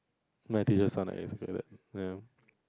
my teachers sound like this like that you know